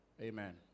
Amen